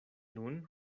nun